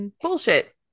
bullshit